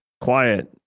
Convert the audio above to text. quiet